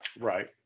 Right